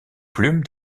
plume